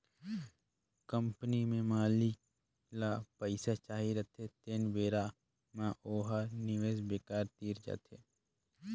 company में मालिक ल पइसा चाही रहथें तेन बेरा म ओ ह निवेस बेंकर तीर जाथे